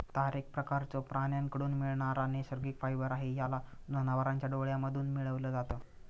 तार एक प्रकारचं प्राण्यांकडून मिळणारा नैसर्गिक फायबर आहे, याला जनावरांच्या डोळ्यांमधून मिळवल जात